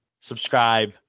subscribe